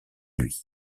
lui